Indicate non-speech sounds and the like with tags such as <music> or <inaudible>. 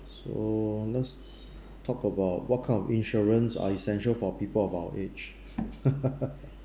so let's talk about what kind of insurance are essential for people of our age <noise>